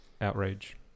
outrage